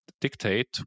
dictate